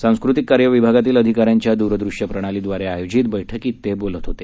सांस्कृतिक कार्य विभागातल्या अधिकाऱ्यांच्या दूरदृष्य प्रणालीद्वारे आयोजित बैठकीत ते बोलत होते